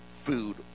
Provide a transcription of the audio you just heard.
food